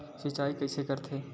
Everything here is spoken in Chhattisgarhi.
सिंचाई कइसे करथे?